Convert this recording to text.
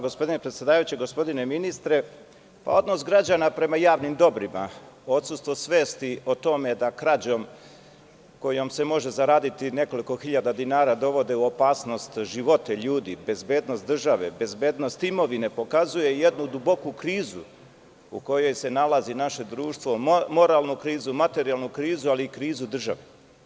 Gospodine predsedavajući, gospodine ministre, odnos građana prema javnim dobrima, odsustvo svesti o tome da krađom kojom se može zaraditi nekoliko hiljada dinara dovode u opasnost živote ljudi, bezbednost države, bezbednost imovine, pokazuje jednu duboku krizu u kojoj se nalazi naše društvo, moralnu krizu, materijalnu krizu, ali i krizu države.